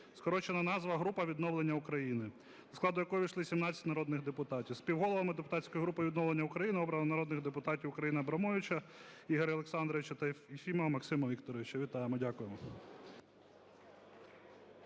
скорочена назва: група "Відновлення України", до складу якої ввійшли 17 народних депутатів. Співголовами депутатської групи "Відновлення України" обрано народних депутатів України Абрамовича Ігоря Олександровича та Єфімова Максима Вікторовича. Вітаємо. Дякуємо.